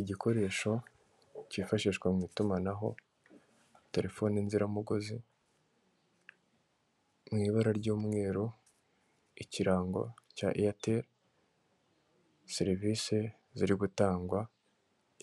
Igikoresho cyifashishwa mu itumanaho; terefoni inziramugozi, m'ibara ry'umweru ikirango cya eyateri, serivisi ziri gutangwa,